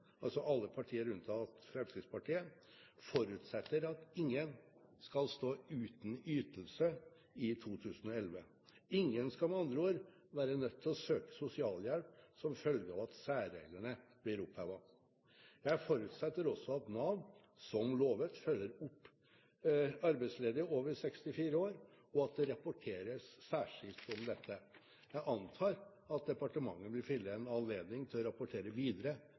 altså alle partier unntatt Fremskrittspartiet, forutsetter at ingen skal stå uten ytelse i 2011. Ingen skal med andre ord være nødt til å søke sosialhjelp som følge av at særreglene blir opphevet. Jeg forutsetter også at Nav, som lovet, følger opp arbeidsledige over 64 år, og at det rapporteres særskilt om dette. Jeg antar at departementet vil finne en anledning til å rapportere videre